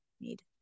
need